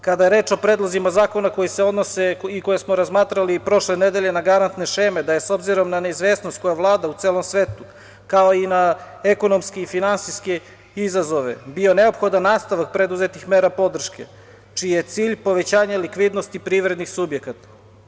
Kada je reč o predlozima zakona koji se odnose i koje smo razmatrali prošle nedelje na garantne šeme, da je s obzirom na neizvesnost koja vlada u celom svetu, kao i na ekonomske i finansijske izazove, bio neophodan nastavak preduzetih mera podrške, čiji je cilj povećanje likvidnosti privrednih subjekata.